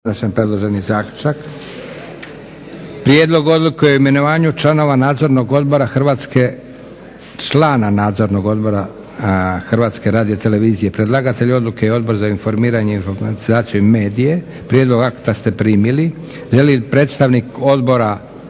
**Leko, Josip (SDP)** Prijedlog Odluke o imenovanju člana Nadzornog odbora HRT-a. Predlagatelj odluke je Odbor za informiranje, informatizaciju i medije. Prijedlog akta ste primili. Želi li predstavnik odbora